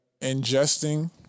ingesting